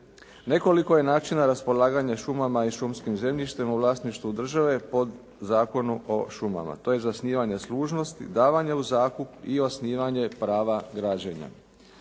Nekoliko je načina raspolaganja šumama i šumskim zemljištem u vlasništvu države po Zakonu o šumama. To je zasnivanje služnosti, davanje u zakup i osnivanje prava građenja.